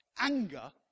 anger